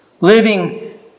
Living